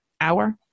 hour